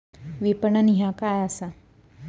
विपणन ह्या काय असा?